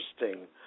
interesting